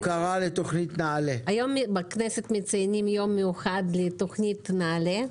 היום בכנסת מציינים יום מיוחד לתוכנית נעל"ה,